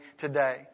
today